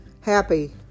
happy